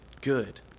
good